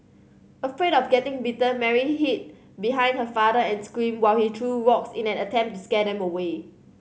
afraid of getting bitten Mary hid behind her father and screamed while he threw rocks in an attempt to scare them away